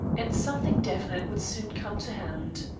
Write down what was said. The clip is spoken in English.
and something definite would soon come to hand.